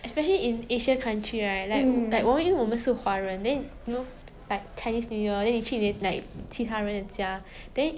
ya then but then if 如果你 gain 一点点 weight 而已 then they will be 为什么 hor 你 like what happened why 你 gain 这么多 weight then I like